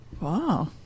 wow